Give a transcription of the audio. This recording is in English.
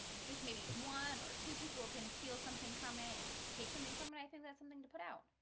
just maybe one or two people can feel something from it and take something from it. i think that's something to put out